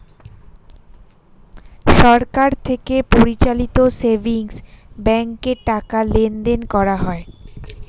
সরকার থেকে পরিচালিত সেভিংস ব্যাঙ্কে টাকা লেনদেন করা হয়